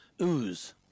ooze